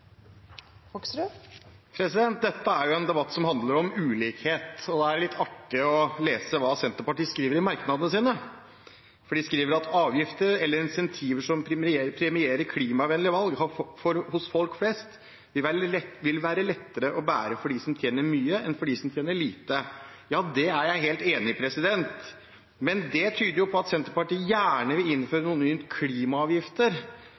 årene. Dette er en debatt som handler om ulikhet, og det er litt artig å lese hva Senterpartiet skriver i merknadene sine. De skriver at «avgifter eller insentiver som premierer klimavennlige valg hos folk flest vil være lettere å bære for de som tjener mye, enn for de som tjener lite». Ja, det er jeg helt enig i, men det tyder jo på at Senterpartiet gjerne vil innføre